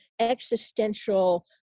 existential